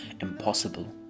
impossible